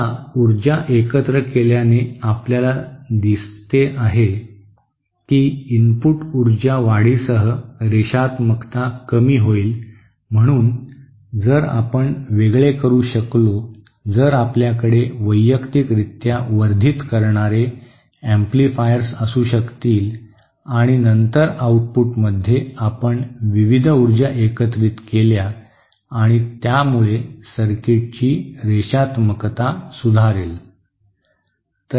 आता ऊर्जा एकत्र केल्याने आपल्याला दिसते आहे की इनपुट ऊर्जा वाढीसह रेषात्मकता कमी होईल म्हणून जर आपण वेगळे करू शकलो जर आपल्याकडे वैयक्तिकरित्या वर्धित करणारे एम्प्लीफायर्स असू शकतील आणि नंतर आउटपुटमध्ये आपण विविध ऊर्जा एकत्रित केल्या आणि त्यामुळे सर्किटची रेषात्मकता सुधारेल